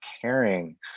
caring